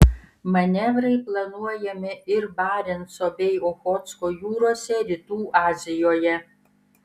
manevrai planuojami ir barenco bei ochotsko jūrose rytų azijoje